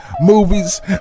movies